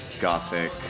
gothic